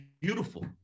beautiful